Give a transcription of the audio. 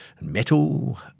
metal